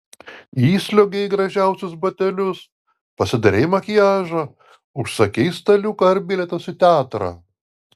įsliuogei į gražiausius batelius pasidarei makiažą užsakei staliuką ar bilietus į teatrą